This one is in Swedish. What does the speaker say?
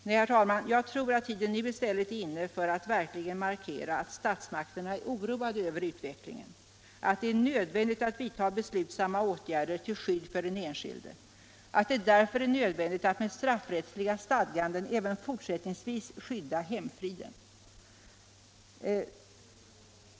Nej, herr talman, jag tror att tiden nu i stället är inne för att verkligen markera att statsmakterna är oroade över utvecklingen, att det är nödvändigt att vidta beslutsamma åtgärder till skydd för den enskilde och att det därför är nödvändigt att med straffrättsliga stadganden även fortsättningsvis skydda hemfriden.